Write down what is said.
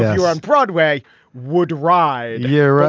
you're on broadway would right. yeah.